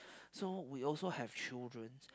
so we also have children